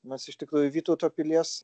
nors iš tikrųjų vytauto pilies